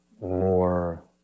more